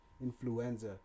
influenza